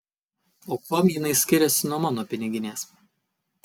o kuom jinai skiriasi nuo mano piniginės